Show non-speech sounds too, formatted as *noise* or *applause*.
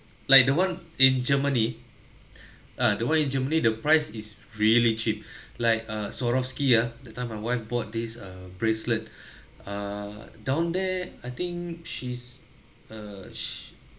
like the one in germany *breath* uh the one in germany the price is really cheap *breath* like uh swarovski ah that time my wife bought this uh bracelet *breath* err down there I think she's err